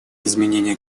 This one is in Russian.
изменение